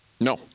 No